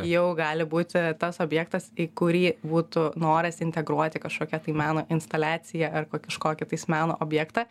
jau gali būti tas objektas į kurį būtų noras integruoti kažkokią tai meno instaliaciją ar kožkokį tais meno objektą